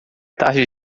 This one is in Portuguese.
tarde